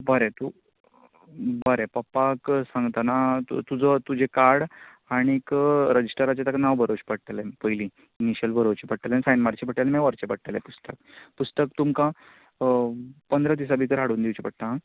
बरे तूं बरें पप्पाक सांगतना तुजो तुजें कार्ड आनीक रजिस्टराचेर तेका नांव बरोवचे पडटले पयली इनिशियल बरोवचे पडटले सायन मारचे पडटले आनी मागीर व्हरचे पडटले पुस्तक पुस्तक तुमकां पंदरां दिसां भितर हाडून दिवचे पडटा हा